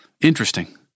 Interesting